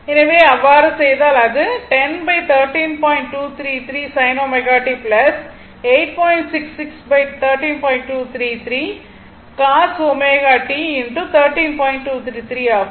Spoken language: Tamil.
எனவே அவ்வாறு செய்தால் அது ஆகும்